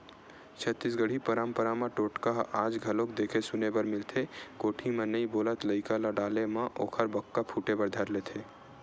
छत्तीसगढ़ी पंरपरा म टोटका ह आज घलोक देखे सुने बर मिलथे कोठी म नइ बोलत लइका ल डाले म ओखर बक्का फूटे बर धर लेथे